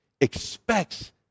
expects